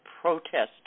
protesters